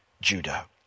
Judah